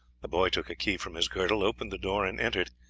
the boy took a key from his girdle, opened the door, and entered.